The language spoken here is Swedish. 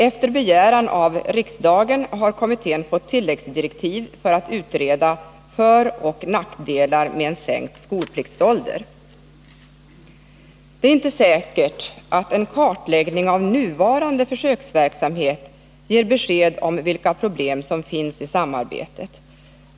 Efter begäran av riksdagen har kommittén fått tilläggsdirektiv för att utreda föroch nackdelar med en sänkt skolpliktsålder. Det är inte säkert att en kartläggning av nuvarande försöksverksamhet ger besked om vilka problem som finns.